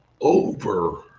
over